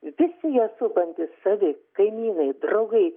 visi ją supantys savi kaimynai draugai